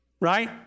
right